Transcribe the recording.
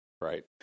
Right